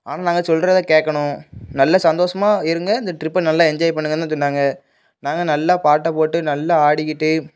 ஆனால் நாங்கள் சொல்கிறத கேட்கணும் நல்ல சந்தோஷமா இருங்கள் இந்த ட்ரிப்பை நல்லா என்ஜாய் பண்ணுங்கள்னு தான் சொன்னாங்க நாங்கள் நல்லா பாட்டை போட்டு நல்லா ஆடிக்கிட்டு